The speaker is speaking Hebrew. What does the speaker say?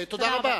תודה רבה.